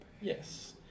Yes